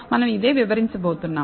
మనం ఇదే వివరించబోతున్నాము